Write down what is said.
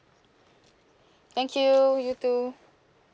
thank you you too